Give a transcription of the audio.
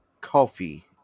coffee